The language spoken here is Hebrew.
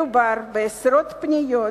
מדובר בעשרות פניות